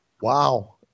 Wow